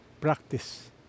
practice